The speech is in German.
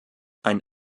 ein